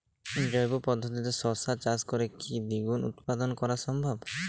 জৈব পদ্ধতিতে শশা চাষ করে কি দ্বিগুণ উৎপাদন করা সম্ভব?